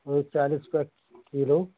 बीस चालीस रुपया किलो